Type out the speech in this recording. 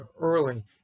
early